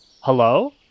hello